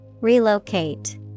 Relocate